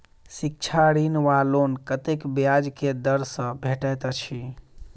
शिक्षा ऋण वा लोन कतेक ब्याज केँ दर सँ भेटैत अछि?